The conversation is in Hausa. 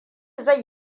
zai